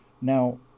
Now